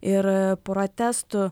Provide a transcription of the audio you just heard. ir protestų